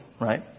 right